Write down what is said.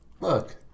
look